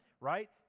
right